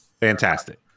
fantastic